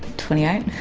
twenty eight.